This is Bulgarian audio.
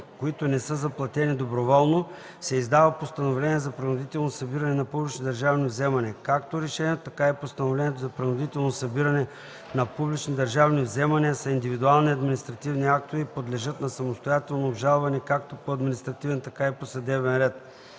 които не са заплатени доброволно, се издава постановление за принудително събиране на публични държавни вземания. Както решението, така и постановлението за принудително събиране на публични държавни вземания са индивидуални административни актове и подлежат на самостоятелно обжалване както по административен, така и по съдебен ред.